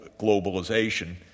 globalization